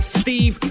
steve